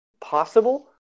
possible